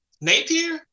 Napier